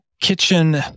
kitchen